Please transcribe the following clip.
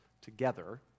together